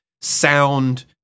sound